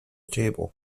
table